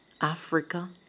Africa